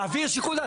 להעביר שיקול דעת.